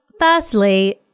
firstly